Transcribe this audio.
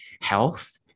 health